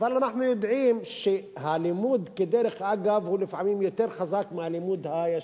אבל אנחנו יודעים שהלימוד כדרך אגב הוא לפעמים יותר חזק מהלימוד הישיר.